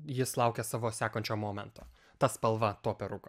jis laukia savo sekančio momento ta spalva to peruko